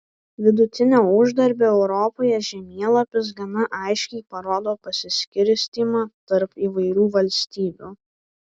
vidutinio uždarbio europoje žemėlapis gana aiškiai parodo pasiskirstymą tarp įvairių valstybių